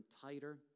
tighter